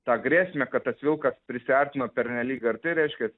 tą grėsmę kad tas vilkas prisiartino pernelyg arti reiškia